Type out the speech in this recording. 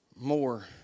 more